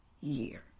year